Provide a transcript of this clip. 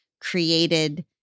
created